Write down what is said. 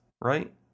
right